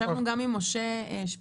ישבנו גם עם משה שפיצר,